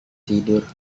tidur